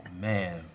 Man